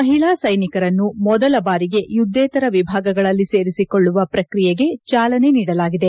ಮಹಿಳಾ ಸೈನಿಕರನ್ನು ಮೊದಲ ಬಾರಿಗೆ ಯುದ್ದೇತರ ವಿಭಾಗಗಳಲ್ಲಿ ಸೇರಿಸಿಕೊಳ್ಳುವ ಪ್ರಕ್ರಿಯೆಗೆ ಚಾಲನೆ ನೀಡಲಾಗಿದೆ